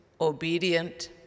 obedient